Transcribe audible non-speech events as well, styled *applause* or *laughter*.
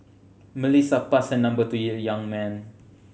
Melissa passed her number to *unintelligible* young man